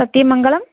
Sathyamangalam